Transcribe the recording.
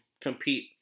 compete